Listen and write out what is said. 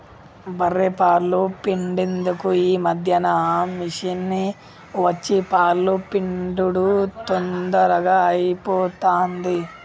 బఱ్ఱె పాలు పిండేందుకు ఈ మధ్యన మిషిని వచ్చి పాలు పిండుడు తొందరగా అయిపోతాంది